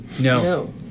No